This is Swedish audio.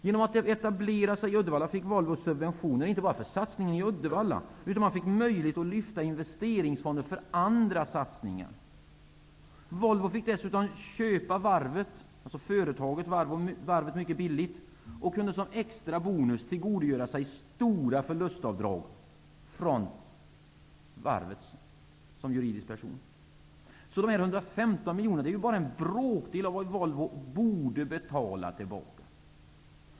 Genom att etablera sig i Uddevalla fick Volvo subventioner, inte bara för satsningen i Uddevalla, utan man fick också möjlighet att lyfta investeringsfonder för andra satsningar. Volvo fick dessutom köpa varvet mycket billigt och kunde som extra bonus tillgodogöra sig stora förlustavdrag från varvet som juridisk person. De 115 miljonerna är bara en bråkdel av vad Volvo borde betala tillbaka.